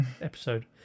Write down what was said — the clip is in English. episode